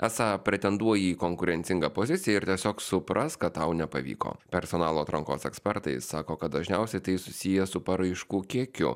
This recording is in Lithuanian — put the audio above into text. esą pretenduoja į konkurencingą poziciją ir tiesiog supras kad tau nepavyko personalo atrankos ekspertai sako kad dažniausiai tai susiję su paraiškų kiekiu